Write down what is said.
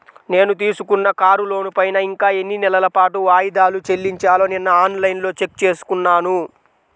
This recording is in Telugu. నేను తీసుకున్న కారు లోనుపైన ఇంకా ఎన్ని నెలల పాటు వాయిదాలు చెల్లించాలో నిన్నఆన్ లైన్లో చెక్ చేసుకున్నాను